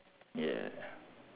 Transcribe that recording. yeah